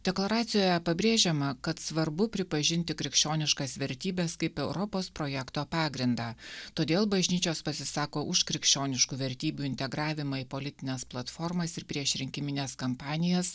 deklaracijoje pabrėžiama kad svarbu pripažinti krikščioniškas vertybes kaip europos projekto pagrindą todėl bažnyčios pasisako už krikščioniškų vertybių integravimą į politines platformas ir priešrinkimines kampanijas